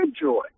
joy